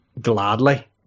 gladly